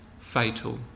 fatal